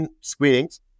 screenings